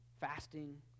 fasting